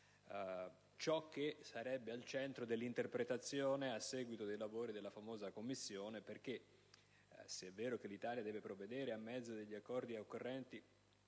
ciò che sarebbe al centro della interpretazione a seguito dei lavori della famosa Commissione. Infatti, se è vero che l'Italia deve provvedere, a mezzo degli accordi occorrenti